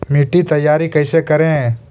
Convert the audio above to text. मिट्टी तैयारी कैसे करें?